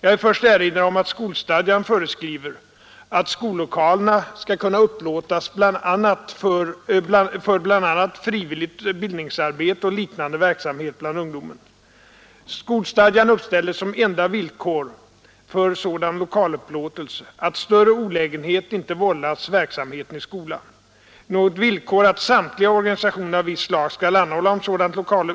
Jag vill först erinra om att skolstadgan föreskriver att skollokalerna skall kunna upplåtas för bl.a. frivilligt bildningsarbete och liknande verksamhet bland ungdomen. Skolstadgan uppställer som enda villkor för sådan lokalupplåtelse att större olägenhet inte vållas verksamheten i skolan. Något villkor att samtliga organisationer av visst slag skall anhålla om